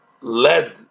led